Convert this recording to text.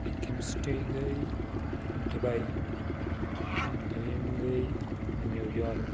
أکِم city گٔے دُبَے دٔیِم گٔے نِو یارٕک